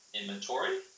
Inventory